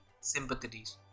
sympathies